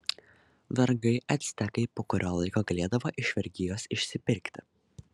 vergai actekai po kurio laiko galėdavo iš vergijos išsipirkti